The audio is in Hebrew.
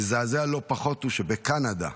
מזעזע לא פחות הוא שבקנדה,